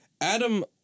Adam